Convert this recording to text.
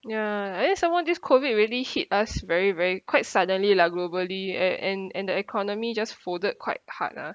ya eh some more this COVID really hit us very very quite suddenly lah globally and and and the economy just folded quite hard lah